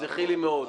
תסלחי לי מאוד.